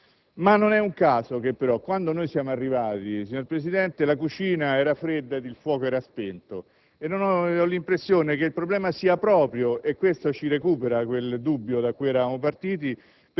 Non è un caso, però, che quando noi siamo arrivati, signor Presidente, la cucina era fredda e il fuoco era spento. Ho l'impressione che il problema sia proprio - e questo richiama quel dubbio da cui eravamo partiti